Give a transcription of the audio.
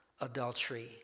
adultery